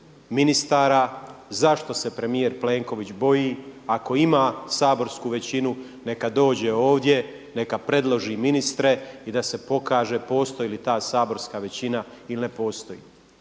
ministara. Zašto se premijer Plenković boji? Ako ima saborsku većinu neka dođe ovdje, neka predloži ministre i da se pokaže postoji li ta saborska većina ili ne postoji.